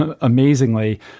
amazingly